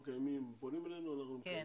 פונים אלינו בבקשה ואנחנו מקיימים.